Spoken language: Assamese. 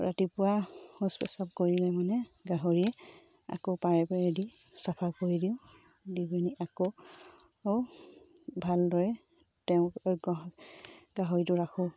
ৰাতিপুৱা শৌচ পেচাব কৰিলে মানে গাহৰিয়ে আকৌ পাৰে পাৰে দি চফা কৰি দিওঁ দি পিনি আকৌ ভালদৰে তেওঁ গাহৰিটো ৰাখোঁ